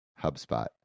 HubSpot